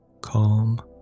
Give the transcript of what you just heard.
Calm